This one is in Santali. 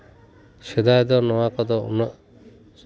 ᱥᱮᱫᱟᱭ ᱫᱚ ᱱᱚᱣᱟ ᱠᱚᱫᱚ ᱩᱱᱟᱹᱜ